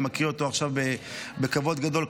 אני מקריא אותו עכשיו בכבוד גדול,